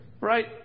Right